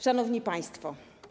Szanowni Państwo!